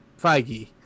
Feige